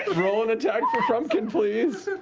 roll an attack for frumpkin, please.